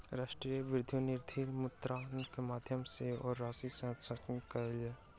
राष्ट्रीय विद्युत निधि मुद्रान्तरण के माध्यम सॅ ओ राशि हस्तांतरण कयलैन